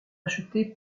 acheté